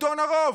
שלטון הרוב,